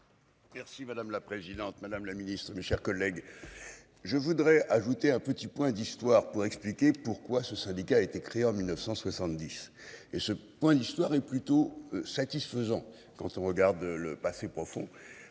Merci madame la présidente. Madame la Ministre, mes chers collègues. Je voudrais ajouter un petit point d'histoire pour expliquer pourquoi ce syndicat a été créé en 1970 et ce point d'histoire est plutôt satisfaisant. Quand on regarde le passé profond